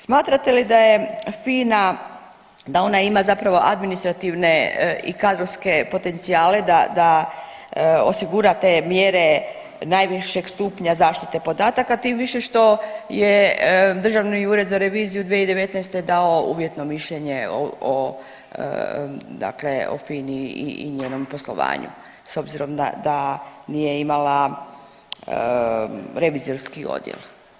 Smatrate li da je FINA, da ona ima zapravo administrativne i kadrovske potencijale da, da osigura te mjere najvišeg stupnja zaštite podataka tim više što je Državni ured za reviziju 2019. dao uvjetno mišljenje o, o dakle o FINI i njenom poslovanju s obzirom da nije imala revizorski odjel.